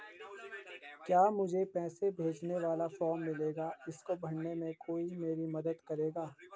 क्या मुझे पैसे भेजने वाला फॉर्म मिलेगा इसको भरने में कोई मेरी मदद करेगा?